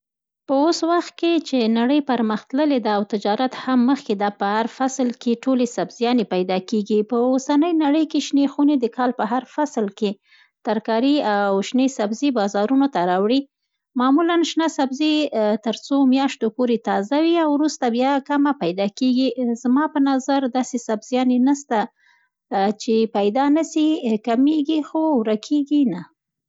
په اوس وخت کې چې نړۍ پر مخ تللې ده او تجارت هم مخکې ده، په هر فصل کې ټولې سبزیانې پیدا کېږي. په اوسنۍ نړۍ کې شنې خونې د کال په هر فصل کې ترکاري او شنې سبزي بازارونو ته راوړي. معمولا شنه سبزي تر څو میاشتو پوري تازه وي او وروسته بیا کمه پیدا کېږي. زما په نظر، داسې سبزيانې نه سته، چې پیدا نه سي، کمېږي، خو ورکېږي نه.